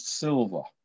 silver